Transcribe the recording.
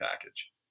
package